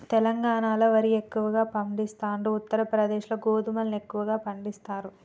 తెలంగాణాల వరి ఎక్కువ పండిస్తాండ్రు, ఉత్తర ప్రదేశ్ లో గోధుమలను ఎక్కువ పండిస్తారు